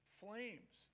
flames